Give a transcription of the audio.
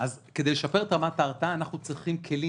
אז כדי לשפר את רמת ההתרעה אנחנו צריכים כלים,